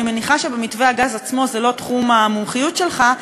אני מניחה שמתווה הגז עצמו זה לא תחום המומחיות שלך,